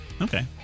Okay